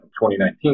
2019